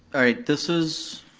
alright this is,